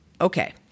okay